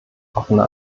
offene